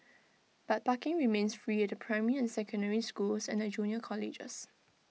but parking remains free the primary and secondary schools and the junior colleges